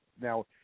now